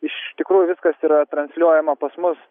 iš tikrųjų viskas yra transliuojama pas mus